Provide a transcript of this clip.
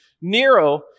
Nero